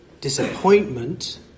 disappointment